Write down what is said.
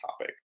topic